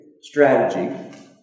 strategy